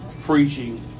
preaching